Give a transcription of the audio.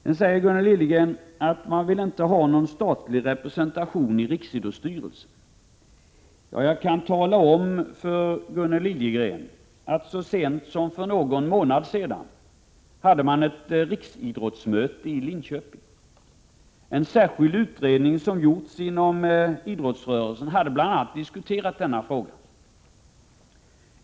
Sedan säger Gunnel Liljegren att moderaterna inte vill att staten skall ha representation i riksidrottsstyrelsen. Jag kan tala om för Gunnel Liljegren att så sent som för någon månad sedan hölls det ett riksidrottsmöte i Linköping. En särskild utredning som gjorts inom idrottsrörelsen hade bl.a. diskuterat denna fråga.